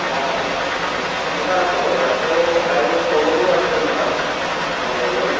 অঁ মোৰ তাত আছে বাৰু জাকৈ আৰু প'ল'টোও আছে মোৰ তাত মই লৈ ল'ম